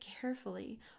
carefully